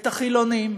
את החילונים,